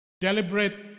deliberate